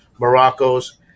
Morocco's